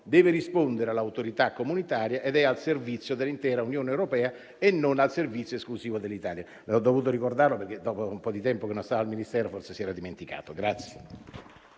deve rispondere all'autorità comunitaria ed è al servizio dell'intera Unione europea e non al servizio esclusivo dell'Italia. Gliel'ho dovuto ricordare perché, dopo un po' di tempo che non sta al Ministero, forse se l'era dimenticato.